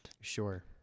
sure